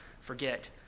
forget